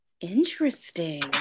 Interesting